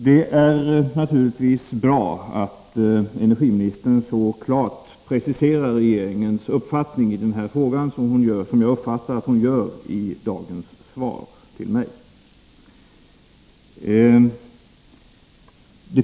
Det är naturligtvis bra att energiministern så klart preciserar regeringens uppfattning i denna fråga som jag uppfattar att hon gör i dagens svar till mig.